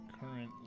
Currently